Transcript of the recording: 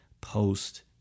post